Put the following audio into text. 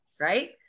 right